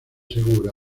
segura